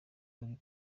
uri